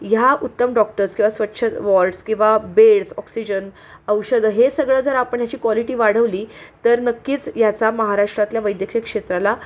ह्या उत्तम डॉक्टर्स किंवा स्वच्छ वॉर्ड्स किंवा बेड्स ऑक्सिजन औषधं हे सगळं जर आपण ह्याची क्वालिटी वाढवली तर नक्कीच याचा महाराष्ट्रातल्या वैद्यकीय क्षेत्राला